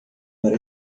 para